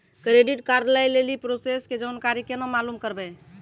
Credit card लय लेली process के जानकारी केना मालूम करबै?